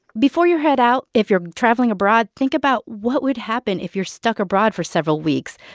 before you head out, if you're traveling abroad, think about what would happen if you're stuck abroad for several weeks.